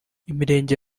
imirenge